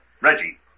Reggie